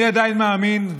אני עדיין מאמין,